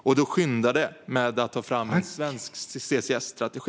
Det brådskar med att ta fram en svensk CCS-strategi.